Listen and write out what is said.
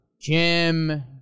Jim